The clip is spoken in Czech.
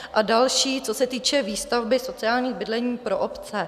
A další, co se týče výstavby sociálních bydlení pro obce.